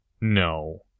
No